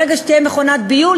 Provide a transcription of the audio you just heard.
ברגע שתהיה מכונת ביול,